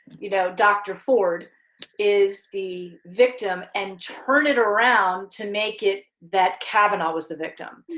you know dr. ford is the victim and turn it around to make it that kavanaugh was the victim.